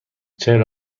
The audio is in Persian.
چهل